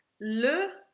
Le